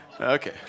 Okay